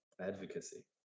Advocacy